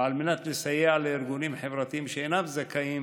ועל מנת לסייע לארגונים חברתיים שאינם זכאים